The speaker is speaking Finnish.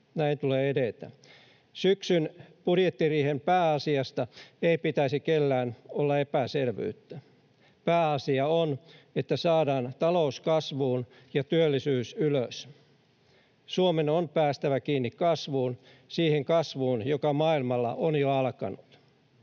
Näin tulee edetä. Syksyn budjettiriihen pääasiasta ei pitäisi kellään olla epäselvyyttä. Pääasia on, että saadaan talous kasvuun ja työllisyys ylös. Suomen on päästävä kiinni kasvuun, siihen kasvuun, joka maailmalla on jo alkanut.